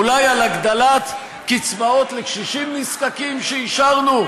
אולי על הגדלת קצבאות לקשישים נזקקים שאישרנו?